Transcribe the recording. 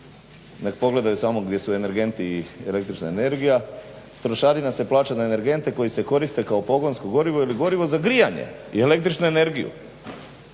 nek pogledaju samo gdje su energenti i električna energija. Trošarina se plača na energente koji se koriste kao pogonsko gorivo ili gorivo za grijanje i električnu energiju,